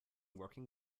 working